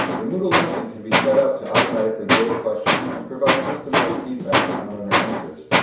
the moodle lesson can be set up to automatically grade questions and provide customized feedback on learner answers.